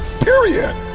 period